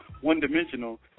one-dimensional